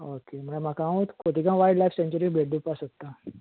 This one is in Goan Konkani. ओके म्हळ्यार म्हाका हांव खोतिगांव वायल्ड लायफ सेन्चुरीक भेट दिवपा सोदता